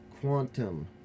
quantum